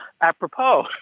apropos